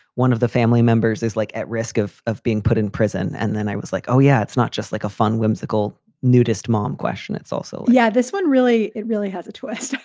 one of the family members is like at risk of of being put in prison. and then i was like, oh yeah. it's not just like a fun, whimsical nudist mom question. it's also. yeah, this one really, really has a twist.